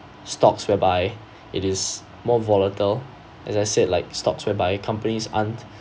stocks whereby it is more volatile as I said like stocks whereby companies aren't